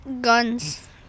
guns